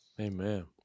Amen